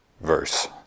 verse